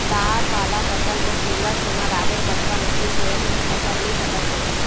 दार वाला फसल म तिंवरा, चना, राहेर, बटरा, मसूर, सोयाबीन के फसल ले सकत हे